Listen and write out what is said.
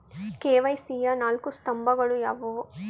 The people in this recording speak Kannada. ಕೆ.ವೈ.ಸಿ ಯ ನಾಲ್ಕು ಸ್ತಂಭಗಳು ಯಾವುವು?